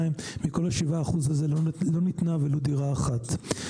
מכל ה-7% האלה לא ניתנה ולו דירה אחת.